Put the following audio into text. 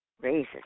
raises